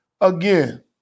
again